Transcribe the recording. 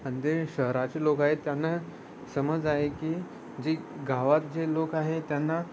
आणि ते शहराचे लोकं आहेत त्यांना समज आहे की जे गावात जे लोक आहे त्यांना